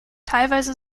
teilweise